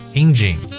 engine